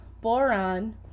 Boron